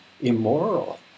immoral